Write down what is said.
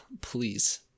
Please